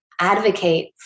Advocate